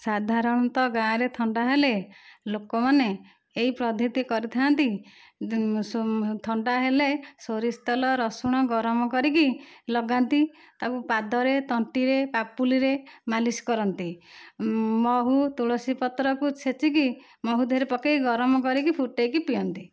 ସାଧାରଣତଃ ଗାଁରେ ଥଣ୍ଡା ହେଲେ ଲୋକମାନେ ଏହି ପଦ୍ଧତି କରିଥାନ୍ତି ଥଣ୍ଡା ହେଲେ ସୋରିଷ ତେଲ ରସୁଣ ଗରମ କରିକି ଲଗାନ୍ତି ତାକୁ ପାଦରେ ତଣ୍ଟିରେ ପାପୁଲିରେ ମାଲିସ୍ କରନ୍ତି ମହୁ ତୁଳସୀ ପତ୍ରକୁ ଛେଚିକି ମହୁ ଦିହରେ ପକାଇ ଗରମ କରିକି ଫୁଟାଇକି ପିଅନ୍ତି